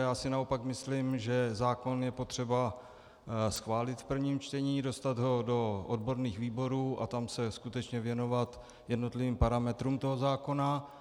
Já si naopak myslím, že zákon je potřeba schválit v prvním čtení, dostat ho do odborných výborů a tam se skutečně věnovat jednotlivým parametrům toho zákona.